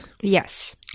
Yes